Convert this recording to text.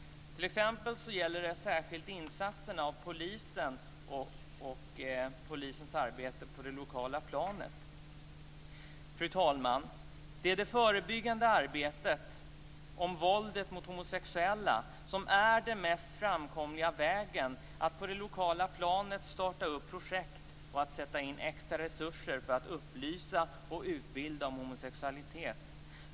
T.ex. gäller detta särskilda insatser och polisens arbete på det lokala planet. Fru talman! Det är det förebyggande arbetet vad gäller våldet mot homosexuella som är den mest framkomliga vägen för att på det lokala planet starta projekt och sätta in extra resurser för att upplysa och utbilda om homosexualitet.